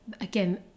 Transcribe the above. again